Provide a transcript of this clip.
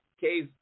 case